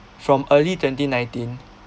from early twenty nineteen